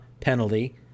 penalty